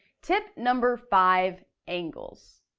tip number five. angles.